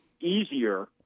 easier